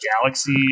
galaxy